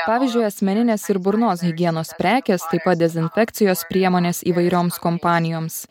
pavyzdžiui asmeninės ir burnos higienos prekės taip pat dezinfekcijos priemonės įvairioms kompanijoms